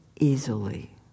easily